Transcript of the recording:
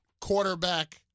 quarterback